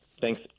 Thanks